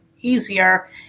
easier